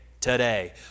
today